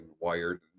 wired